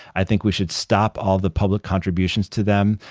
i think we should stop all the public contributions to them,